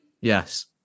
Yes